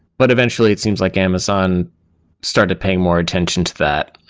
but eventually it seems like amazon started paying more attention to that.